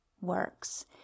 works